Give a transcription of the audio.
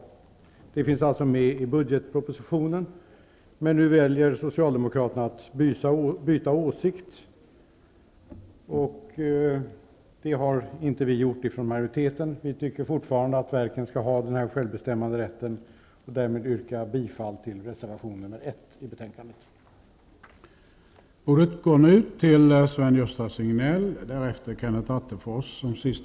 Detta finns alltså med i budgetpropositionen. Men nu väljer Socialdemokraterna att byta åsikt. Det har vi i majoriteten däremot inte gjort. Vi tycker fortfarande att verken skall ha den här självbestämmanderätten. Därmed yrkar jag bifall till reservation nr 1 i betänkandet.